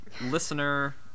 listener